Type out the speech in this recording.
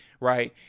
Right